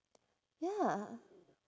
ya